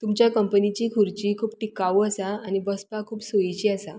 तुमच्या कंपनीची खुर्ची खूब टिकाऊ आसा आनी बसपाक खूब सोयीची आसा